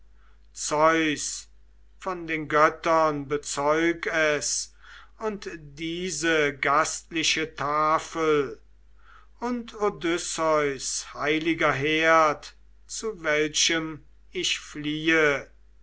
zeus von den göttern bezeug es und diese gastliche tafel und odysseus heiliger herd zu welchem ich fliehe